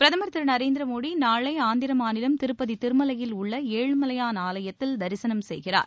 பிரதமர் திரு நரேந்திர மோடி நாளை ஆந்திர மாநிலம் திருப்பதி திருமலையில் உள்ள ஏழுமலையான் ஆலயத்தில் தரிசனம் செய்கிறார்